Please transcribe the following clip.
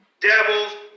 devils